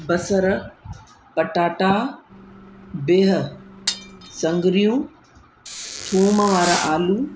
बसर पटाटा बिह संग्रियूं थूम वारा आलू